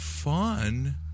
Fun